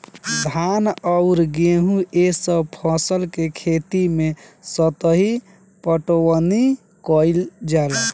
धान अउर गेंहू ए सभ फसल के खेती मे सतही पटवनी कइल जाला